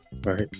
Right